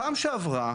בפעם שעברה,